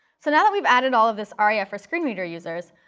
so now that we've added all of this aria for screen reader users,